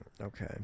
Okay